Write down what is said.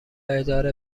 اداره